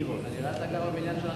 כנראה אתה גר בבניין של עשירים.